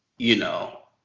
you know,